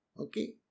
Okay